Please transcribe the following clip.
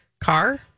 car